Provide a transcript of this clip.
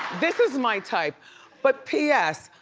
this is my type but p s,